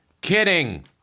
Kidding